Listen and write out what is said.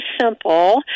simple